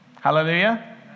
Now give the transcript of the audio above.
Hallelujah